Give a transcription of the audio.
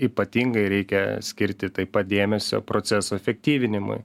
ypatingai reikia skirti taip pat dėmesio proceso efektyvinimui